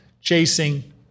Chasing